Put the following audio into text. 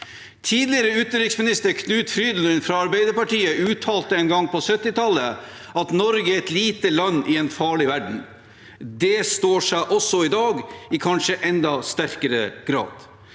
Tidligere utenriksminister Knut Frydenlund fra Arbeiderpartiet uttalte en gang på 1970-tallet at Norge er et lite land i en farlig verden. Det står seg også i dag, kanskje i enda sterkere grad.